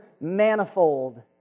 manifold